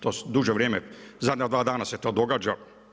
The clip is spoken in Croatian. To duže vrijeme, zadnja dva dana se to događa.